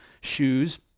shoes